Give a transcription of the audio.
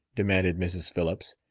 demanded mrs. phillips.